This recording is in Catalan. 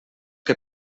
que